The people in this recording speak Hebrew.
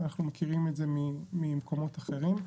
אנחנו מכירים את זה ממקומות אחרים,